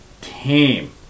Team